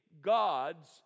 God's